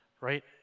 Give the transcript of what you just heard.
right